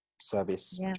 service